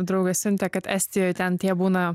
draugas siuntė kad estijoj ten jie būna